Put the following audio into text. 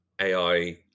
AI